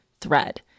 THREAD